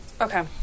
Okay